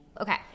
Okay